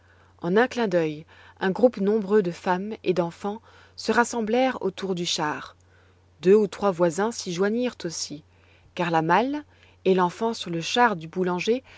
en un clin d'œil un groupe nombreux de femmes et d'enfants se rassemblèrent autour du char deux ou trois voisins s'y joignirent aussi car la malle et l'enfant sur le char du boulanger